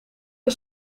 een